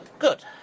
Good